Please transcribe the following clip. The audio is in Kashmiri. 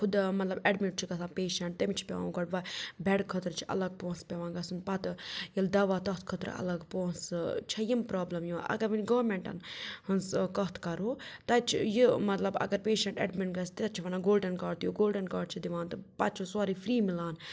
خُدا مطلب اٮ۪ڈمِٹ چھُ گژھان پیشَنٛٹ تٔمِس چھِ پیٚوان گۄڈٕ بٮ۪ڈٕ خٲطرٕ چھِ الگ پونٛسہٕ پیٚوان گژھُن پَتہٕ ییٚلہِ دَوا تَتھ خٲطرٕ الگ پونٛسہٕ چھےٚ یِم پرٛابلِم یِوان اگر وٕنہِ گورمٮ۪نٛٹَن ہٕنٛز کَتھ کَرو تَتہِ چھِ یہِ مطلب اگر پیشَںٛٹ اٮ۪ڈمِٹ گژھِ تَتہِ چھِ وَنان گولڈَن کارڈ دِیِو گولڈَن کارڈ چھِ دِوان تہٕ پَتہٕ چھِ سورُے فِرٛی مِلان